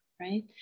right